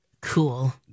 cool